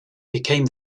became